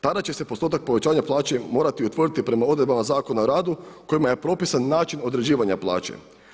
Tada će se postotak povećanja plaće morati utvrditi prema odredbama Zakona o radu kojima je propisan način određivanja plaće.